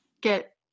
get